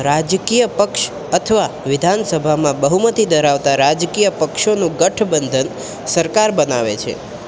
રાજકીય પક્ષ અથવા વિધાનસભામાં બહુમતી ધરાવતા રાજકીય પક્ષોનું ગઠબંધન સરકાર બનાવે છે